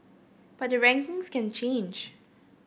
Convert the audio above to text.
but the rankings can change